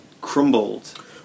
crumbled